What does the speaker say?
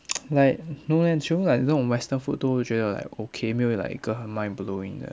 like no leh like 全部这种 western food 都会觉得 like okay 没有 like 一个很 mind blowing 的